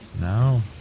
No